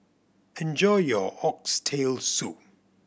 enjoy your Oxtail Soup